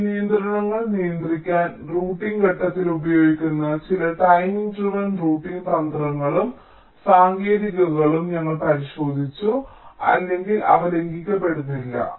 സമയ നിയന്ത്രണങ്ങൾ നിയന്ത്രിക്കാൻ റൂട്ടിംഗ് ഘട്ടത്തിൽ ഉപയോഗിക്കാവുന്ന ചില ടൈമിംഗ് ഡ്രെവൻ റൂട്ടിംഗ് തന്ത്രങ്ങളും സാങ്കേതികതകളും ഞങ്ങൾ പരിശോധിച്ചു അല്ലെങ്കിൽ അവ ലംഘിക്കപ്പെടുന്നില്ല